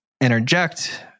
interject